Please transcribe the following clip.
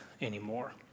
anymore